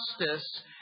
justice